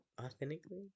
authentically